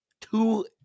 two